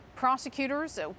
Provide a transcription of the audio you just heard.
prosecutors